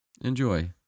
Enjoy